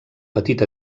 petit